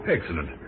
Excellent